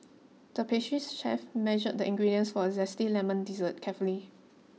the pastry chef measured the ingredients for a zesty lemon dessert carefully